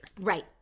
Right